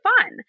fun